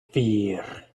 fear